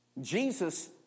Jesus